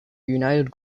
united